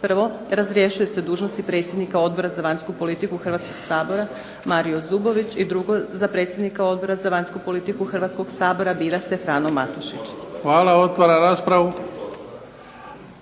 Prvo, razrješuje se dužnosti predsjednika Odbora za vanjsku politiku Hrvatskoga sabora Mario Zubović. Za predsjednika Odbora za vanjsku politiku Hrvatskoga sabora bira se Frano Matušić. **Bebić, Luka (HDZ)** Hvala. Otvaram raspravu.